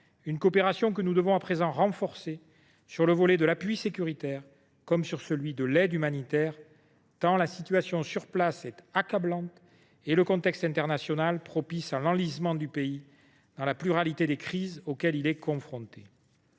une coopération étroite, que nous devons à présent renforcer, à la fois en termes d’appui sécuritaire et d’aide humanitaire, tant la situation sur place est accablante et le contexte international propice à l’enlisement du pays dans la pluralité des crises auxquelles il est confronté.